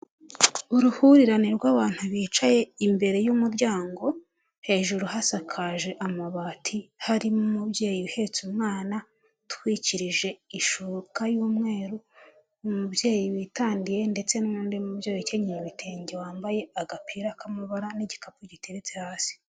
Uruhurirane rw'abantu bicaye imbere y'umuryango, hejuru hasakaje amabati, harimo umubyeyi uhetse umwana, utwikirije ishuka y'umweru, umubyeyi witandiye, ndetse n'undi mubyeyi ukenyeye ibitenge, wambaye agapira k'amabara, n'igikapu giteretse hasi.